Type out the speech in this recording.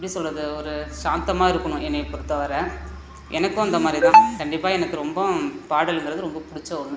எப்படி சொல்லுறது ஒரு சாந்தமாக இருக்கணும் என்னையை பொறுத்தவரை எனக்கும் அந்தமாதிரிதான் கண்டிப்பாக எனக்கு ரொம்ப பாடலுங்கிறது ரொம்ப பிடிச்ச ஒன்று